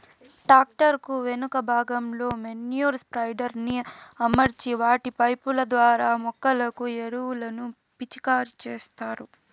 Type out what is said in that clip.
tractor కు వెనుక భాగంలో మేన్యుర్ స్ప్రెడర్ ని అమర్చి వాటి పైపు ల ద్వారా మొక్కలకు ఎరువులను పిచికారి చేత్తారు